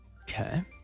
Okay